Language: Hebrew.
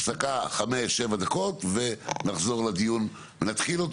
הפסקה 5-7 דקות ונחזור לדיון ונתחיל אותו